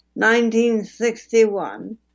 1961